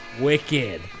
Wicked